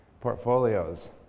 portfolios